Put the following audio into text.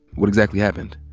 what exactly happened?